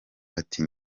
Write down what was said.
ati